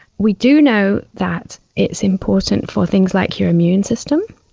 we do know that it's important for things like your immune system,